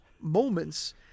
moments –